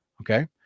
Okay